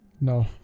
No